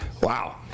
wow